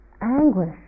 anguish